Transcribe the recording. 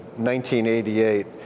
1988